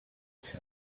him